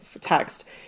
text